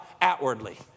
outwardly